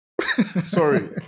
Sorry